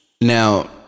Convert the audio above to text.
now